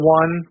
one